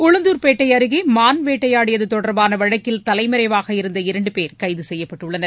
உளுந்தூர்பேட்டை அருகே மான் வேட்டையாடியது தொடர்பான வழக்கில் தவைமறைவாக இருந்த இரண்டு பேர் கைது செய்யப்பட்டுள்ளனர்